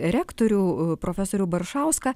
rektorių profesorių baršauską